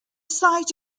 site